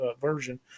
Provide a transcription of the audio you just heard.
version